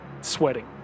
Sweating